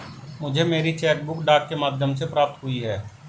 मुझे मेरी cheque book डाक के माध्यम से प्राप्त हुई है